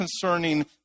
concerning